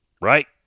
right